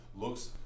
looks